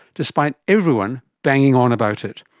despite everyone banging on about it.